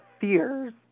fears